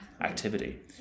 activity